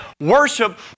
worship